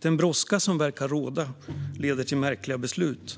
Den brådska som verkar råda leder till märkliga beslut.